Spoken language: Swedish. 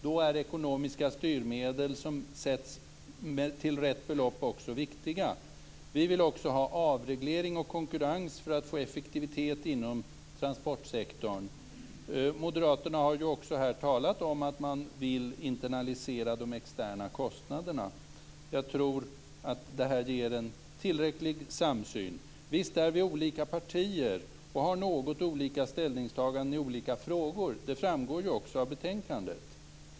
Då är ekonomiska styrmedel som sätts till rätt belopp också viktiga. Vi vill också ha avreglering och konkurrens för att få effektivitet inom transportsektorn. Moderaterna har också här talat om att man vill internalisera de externa kostnaderna. Jag tror att detta ger en tillräcklig samsyn. Visst är vi olika partier och har något olika ställningstaganden i olika frågor. Det framgår också av betänkandet.